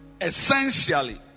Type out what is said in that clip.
essentially